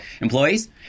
employees